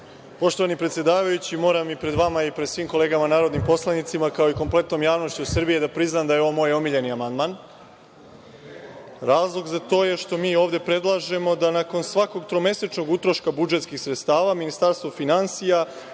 Poštovani predsedavajući, moram pred vama i pred svim kolegama narodnim poslanicima, kao i kompletnom javnošću Srbije da priznam da je ovo moj omiljeni amandman. Razlog za to je što mi ovde predlažemo da nakon svakog tromesečnog utroška budžetskih sredstava Ministarstvo finansija